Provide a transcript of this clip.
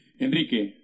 Enrique